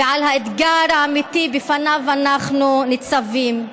ועל האתגר האמיתי שבפניו אנחנו ניצבים,